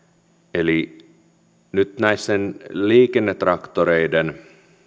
eli nyt näiden liikennetraktoreiden